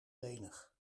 lenig